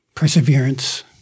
perseverance